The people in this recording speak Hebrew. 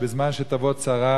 שבזמן שתבוא צרה